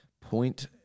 point